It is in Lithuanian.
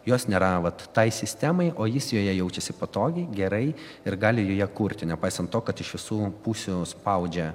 jos nėra vat tai sistemai o jis joje jaučiasi patogiai gerai ir gali joje kurti nepaisant to kad iš visų pusių spaudžia